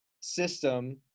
system